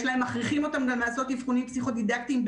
מכריחים אותם גם לעשות אבחונים פסיכו-דידקטיים,